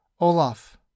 Olaf